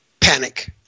panic